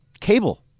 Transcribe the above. cable